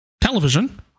television